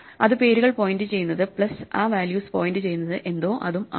അതു പേരുകൾ പോയിന്റുചെയ്യുന്നത് പ്ലസ് ആ വാല്യൂസ് പോയിന്റ് ചെയ്യുന്നത് എന്തോ അതും ആണ്